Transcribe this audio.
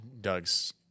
Doug's